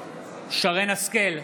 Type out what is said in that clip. שרן מרים השכל,